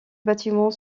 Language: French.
bâtiment